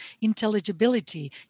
intelligibility